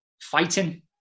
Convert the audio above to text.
fighting